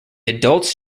adults